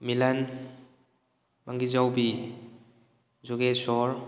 Milan ꯃꯪꯒꯤꯖꯥꯎꯕꯤ ꯖꯨꯒꯦꯁꯣꯔ